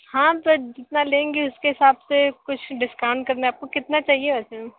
हाँ पर जितना लेंगे उसके हिसाब से कुछ डिस्काउंट करना है आपको कितना चाहिए वैसे